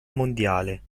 mondiale